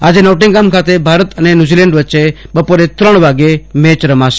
આજે નોર્ટીગફામ ખાતે ભારત અને ન્યુઝીલેન્ડ વચ્ચે બપોરે ત્રણ વાગ્યે મેચ રમાશે